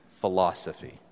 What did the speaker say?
philosophy